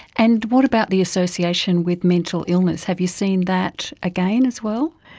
and what about the association with mental illness? have you seen that again as well?